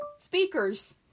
Speakers